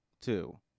Two